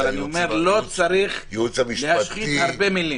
אבל אני אומר, לא צריך להשחית הרבה מילים.